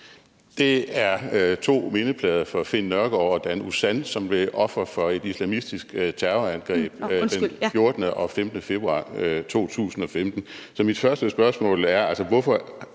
Det er to mindeplader for Finn Nørgaard og Dan Uzan, som blev ofre for et islamistisk terrorangreb den 14. og 15. februar 2015. Så mit første spørgsmål er: Hvorfor